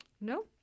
No